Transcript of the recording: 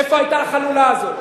איפה היתה החלולה הזאת?